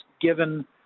given